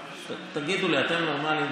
נגמרה, תגידו לי, אתם נורמליים?